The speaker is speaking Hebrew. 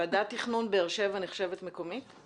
ועדת תכנון באר שבע נחשבת מקומית?